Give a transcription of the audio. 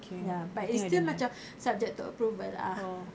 ya but it's still macam subject to approval ah